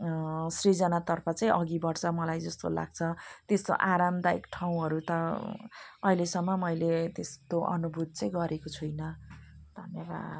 सृजनातर्फ चाहिँ अघि बढ्छ मलाई जस्तो लाग्छ त्यस्तो आरामदायक ठाउँहरू त आहिलेसम्म मैले त्यस्तो अनुभूत चाहिँ गरेको छुइनँ धन्यवाद